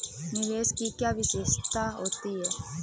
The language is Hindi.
निवेश की क्या विशेषता होती है?